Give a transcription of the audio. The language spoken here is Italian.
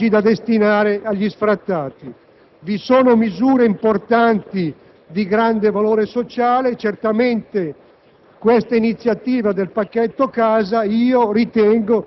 all'acquisto, all'affitto e alla costruzione di alloggi da destinare agli sfrattati. Vi sono inoltre misure importanti di grande valore sociale. Certamente